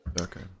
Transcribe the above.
Okay